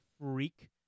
freak